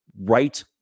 right